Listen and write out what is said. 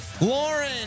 Lauren